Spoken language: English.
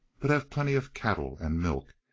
but have plenty of cattle and milk,